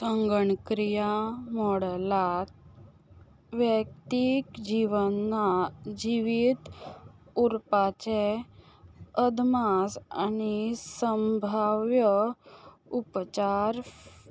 संगणक्रिया मॉडलांत वैयक्तीक जिवना जिवीत उरपाचें अदमास आनी संभाव्य उपचार फ्